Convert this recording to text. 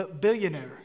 Billionaire